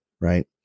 right